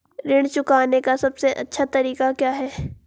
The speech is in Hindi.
ऋण चुकाने का सबसे अच्छा तरीका क्या है?